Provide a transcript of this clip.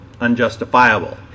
unjustifiable